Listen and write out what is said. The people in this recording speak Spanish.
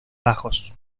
bajos